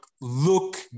look